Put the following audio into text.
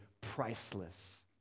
priceless